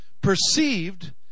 perceived